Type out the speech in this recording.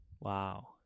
Wow